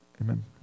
Amen